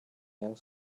young